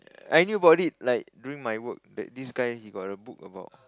I knew about it like during my work that this guy he got a book about